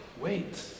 Wait